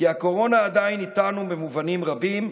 כי הקורונה עדיין איתנו במובנים רבים,